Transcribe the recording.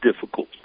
difficult